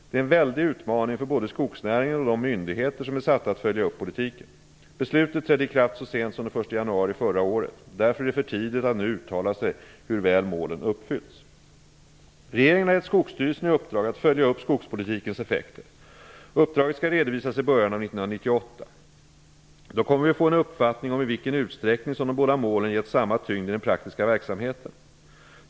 Det är en väldig utmaning för både skogsnäringen och de myndigheter som är satta att följa upp politiken. Beslutet trädde i kraft så sent som den 1 januari förra året. Därför är det för tidigt att nu uttala sig om hur väl målen uppfyllts. Regeringen har gett Skogsstyrelsen i uppdrag att följa upp skogspolitikens effekter. Uppdraget skall redovisas i början av 1998. Då kommer vi att få en uppfattning om i vilken utsträckning som de båda målen getts samma tyngd i den praktiska verksamheten.